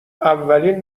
اولین